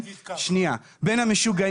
בין המשוגעים